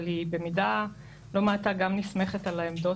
אבל היא במידה לא מעטה גם נסמכת על העמדות